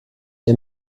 der